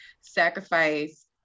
sacrifice